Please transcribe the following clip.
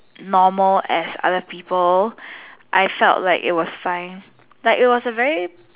normal as other people I felt like it was fine like it was a very